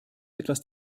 etwas